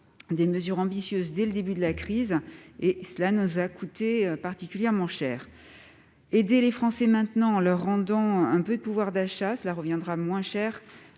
de mesures ambitieuses dès le début de la crise, ce qui nous a coûté très cher. Aider les Français maintenant en leur rendant un peu de pouvoir d'achat reviendrait moins cher